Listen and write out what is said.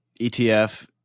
ETF